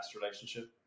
relationship